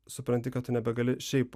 supranti kad tu nebegali šiaip